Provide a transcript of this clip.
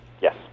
Yes